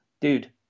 dude